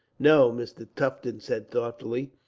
no, mr. tufton said, thoughtfully.